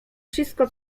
wszystko